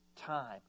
time